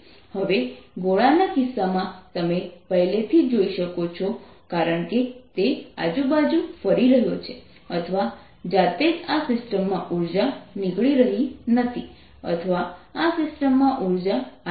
હવે ગોળાના કિસ્સામાં તમે પહેલેથી જોઈ શકો છો કારણ કે તે આજુબાજુ ફરી રહ્યો છે અથવા જાતે જ આ સિસ્ટમમાં ઉર્જા નીકળી રહી નથી અથવા આ સિસ્ટમમાં ઉર્જા આવી રહી નથી